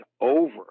over